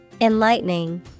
Enlightening